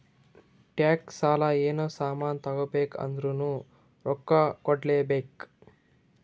tax, ಸಾಲ, ಏನೇ ಸಾಮಾನ್ ತಗೋಬೇಕ ಅಂದುರ್ನು ರೊಕ್ಕಾ ಕೂಡ್ಲೇ ಬೇಕ್